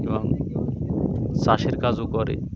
এবং চাষের কাজও করে